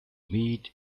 meet